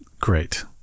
great